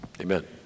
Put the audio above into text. Amen